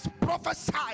prophesied